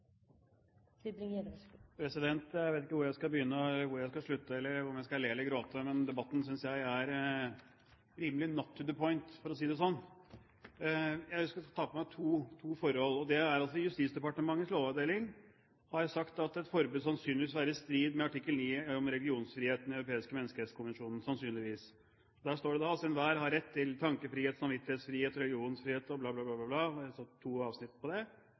Jeg vet ikke hvor jeg skal begynne, og hvor jeg skal slutte, eller om jeg skal le eller gråte. Men debatten synes jeg er rimelig «not to the point», for å si det slik. Jeg skal ta for meg to forhold. Det ene er at Justisdepartementets lovavdeling har sagt at et forbud sannsynligvis vil være i strid med artikkel 9 om religionsfrihet i Den europeiske menneskerettskonvensjon. Der står det: «Enhver har rett til tankefrihet, samvittighetsfrihet, religionsfrihet